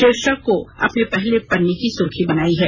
शीर्षक को अपने पहले पन्ने की सुर्खी बनायी है